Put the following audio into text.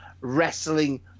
wrestling